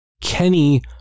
Kenny